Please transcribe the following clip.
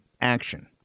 action